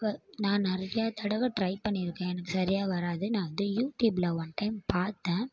நான் நிறையா தடவை ட்ரை பண்ணியிருக்கேன் எனக்கு சரியாக வராது நான் வந்து யூடியூபில் ஒன் டைம் பார்த்தேன்